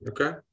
Okay